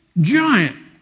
Giant